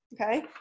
okay